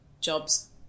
jobs